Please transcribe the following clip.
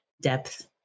depth